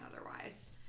otherwise